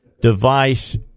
device